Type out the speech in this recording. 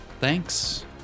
thanks